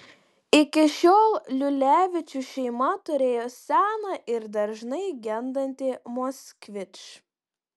iki šiol liulevičių šeima turėjo seną ir dažnai gendantį moskvič